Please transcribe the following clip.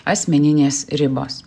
asmeninės ribos